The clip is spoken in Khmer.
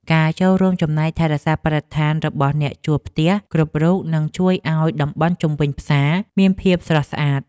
ការចូលរួមចំណែកថែរក្សាបរិស្ថានរបស់អ្នកជួលផ្ទះគ្រប់រូបនឹងជួយឱ្យតំបន់ជុំវិញផ្សារមានភាពស្រស់ស្អាត។